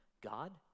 God